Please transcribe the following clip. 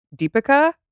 Deepika